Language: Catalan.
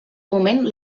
moment